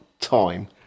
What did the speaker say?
time